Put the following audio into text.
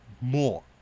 more